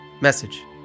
message